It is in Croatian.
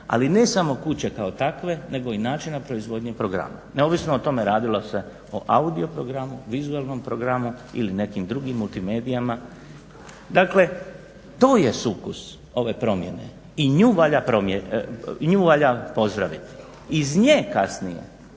ali ne samo kuće kao takve nego i načina proizvodnje programa neovisno o tome radilo se o audio programu, vizualnom programu ili nekim drugim multimedijima. Dakle, to je sukus ove promjene. I nju valja pozdraviti. Iz nje kasnije,